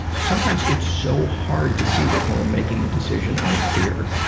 sometimes it's so hard to see that we're making a decision out of fear.